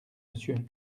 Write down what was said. monsieur